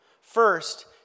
first